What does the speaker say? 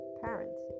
parents